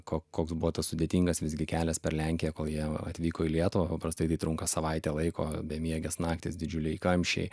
kol koks buvo tas sudėtingas visgi kelias per lenkiją kol jie atvyko į lietuvą paprastai trunka savaitę laiko bemiegės naktys didžiuliai kamščiai